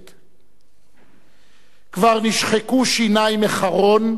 "כבר נשחקו שינַי מחרון,